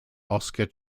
oscar